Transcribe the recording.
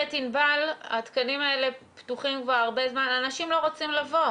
ענבל שהתקנים האלה פתוחים הרבה זמן ואנשים לא רוצים לבוא.